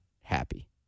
happy